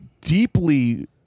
deeply